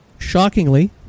shockingly